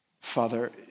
Father